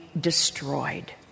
destroyed